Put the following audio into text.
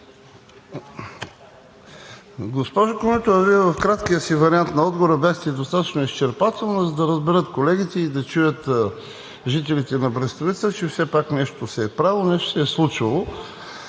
Госпожо Комитова, Вие в краткия си вариант на отговора бяхте достатъчно изчерпателна, за да разберат колегите и да чуят жителите на Брестовица, че все пак нещо се е правило, нещо се е случило.